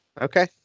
Okay